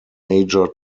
major